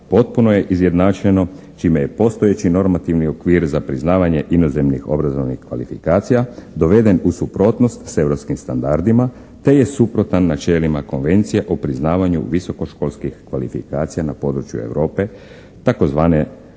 potpuno je izjednačeno čime je postojeći normativni okvir za priznavanje inozemnih obrazovnih kvalifikacija doveden u suprotnost sa europskim standardima te je suprotan načelima Konvencije o priznavanju visokoškolskih kvalifikacija na području Europe, tzv.